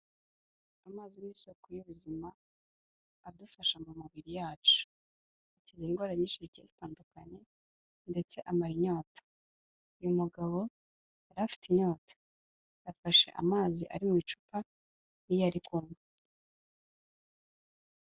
Amazi n'isoko y'ubuzima adufasha mu mibiri yacu. Akiza indwara nyinshi zigiye zitandukanye ndetse amara inyota. Uyu mugabo yari afite inyota. Afashe amazi ari mu icupa niyo ari kunywa.